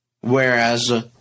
whereas